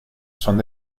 son